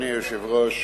אדוני היושב-ראש,